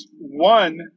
One